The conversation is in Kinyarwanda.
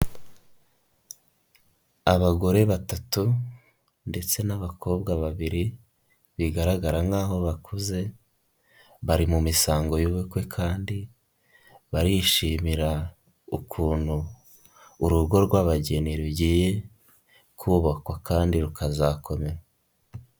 Abagore batatu ndetse n'abakobwa babiri bigaragara nk'aho bakuze bari mu misango y'ubukwe kandi barishimira ukuntu urugo rw'abageni rugiye kubakwa kandi rukazakomera.